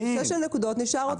כן,